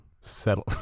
settle